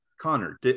Connor